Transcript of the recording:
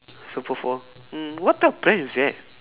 super four mm what type of brand is that